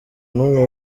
n’umwe